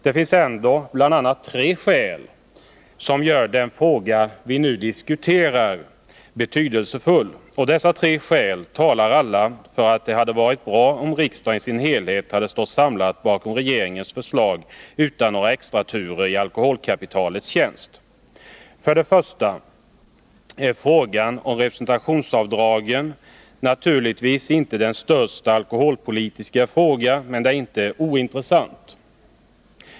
Det finns ändå bl.a. tre skäl som gör den fråga vi nu diskuterar betydelsefull, och dessa tre skäl talar alla för att det hade varit bra, om riksdagen i sin helhet hade stått samlad bakom regeringens förslag utan några extraturer i alkoholkapitalets tjänst. För det första är frågan om representationsavdragen naturligtvis inte den största alkoholpolitiska frågan, men den är inte ointressant.